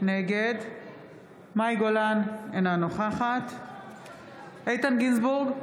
נגד מאי גולן, אינה נוכחת איתן גינזבורג,